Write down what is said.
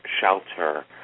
shelter